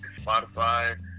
Spotify